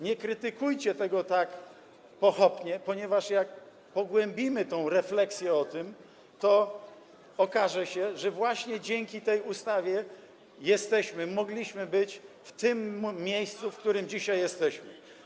Nie krytykujcie tego tak pochopnie, ponieważ jak pogłębimy refleksję o tym, to okaże się, że właśnie dzięki tej ustawie jesteśmy, mogliśmy być w tym miejscu, w którym dzisiaj jesteśmy.